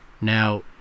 Now